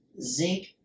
Zinc